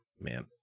man